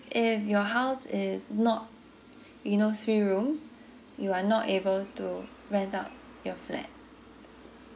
if your house is not you know three rooms you are not able to rent out your flat